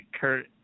Kurt